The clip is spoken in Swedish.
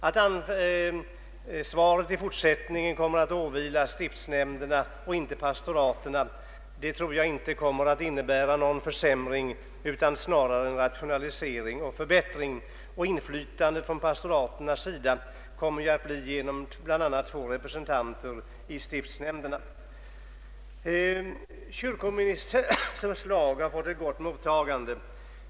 Att ansvaret i fortsättningen kommer att åvila stiftsnämnderna och inte pastoraten tror jag inte kommer att innebära någon försämring utan snarare en rationalisering och förbättring, och pastoraten kommer att få inflytande genom två representanter i stiftsnämnderna. Kyrkoministerns förslag har fått ett gott mottagande.